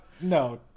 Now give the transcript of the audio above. No